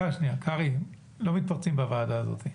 קרעי, סליחה, לא מתפרצים בוועדה הזאת.